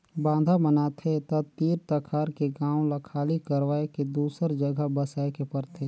बांधा बनाथे त तीर तखार के गांव ल खाली करवाये के दूसर जघा बसाए के परथे